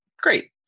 great